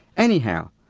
anyhow,